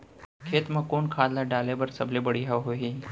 खेत म कोन खाद ला डाले बर सबले बढ़िया होही?